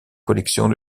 collections